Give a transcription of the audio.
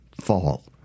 fall